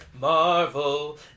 Marvel